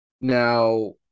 Now